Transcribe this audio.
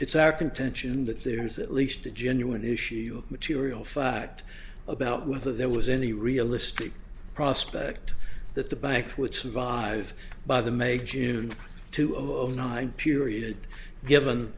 it's our contention that there is at least a genuine issue of material fact about whether there was any realistic prospect that the banks which is vive by the make june two overnight period given